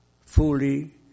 fully